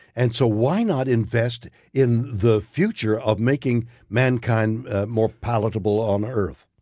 and so why not invest in the future of making mankind more palatable on earth?